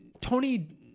Tony